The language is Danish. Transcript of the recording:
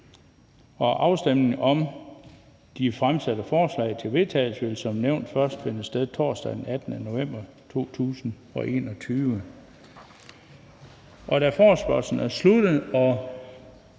Afstemningen om de fremsatte forslag til vedtagelse vil som nævnt først finde sted torsdag den 18. november 2021. Da forespørgslen er sluttet og